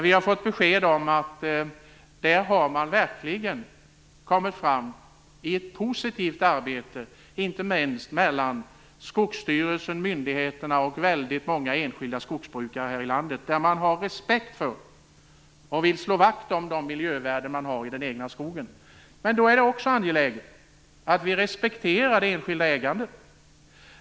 Vi har fått besked om att man där verkligen har kommit fram i ett positivt arbete, inte minst mellan Skogsstyrelsen, myndigheterna och väldigt många enskilda skogsbrukare här i landet, där man har respekt för och vill slå vakt om de miljövärden man har i den egna skogen. Men då är det också angeläget att vi respekterar det enskilda ägandet.